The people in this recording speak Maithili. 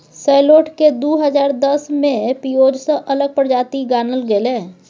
सैलोट केँ दु हजार दस मे पिओज सँ अलग प्रजाति गानल गेलै